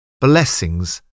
Blessings